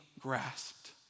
grasped